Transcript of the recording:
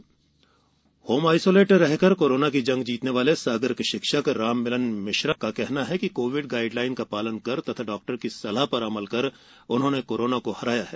जन आंदोलन home isolate रहकर कोरोना की जंग जीतने वाले सागर के शिक्षक राम मिलन मिश्रा का कहना है कि कोविड गाइड लाइन का पालन कर तथा डॉक्टर की सलाह पर अमल कर उन्होंने कोरोना को हराया है